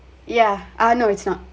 yeah I know it's not